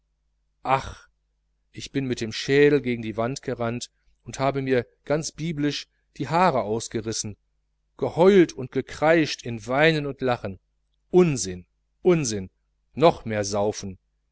ach ich bin mit dem schädel gegen die wand gerannt und habe mir ganz biblisch die haare ausgerissen geheult und gekreischt in weinen und lachen unsinn unsinn noch mehr saufen